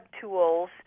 tools